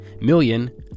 million